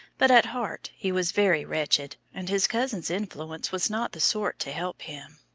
but at heart he was very wretched, and his cousin's influence was not the sort to help him.